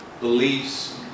beliefs